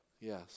Yes